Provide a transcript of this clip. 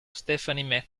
stephanie